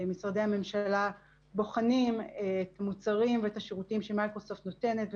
משרדי הממשלה בוחנים את המוצרים ואת השירותים שמייקרוסופט נותנת,